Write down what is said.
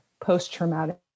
post-traumatic